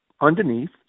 underneath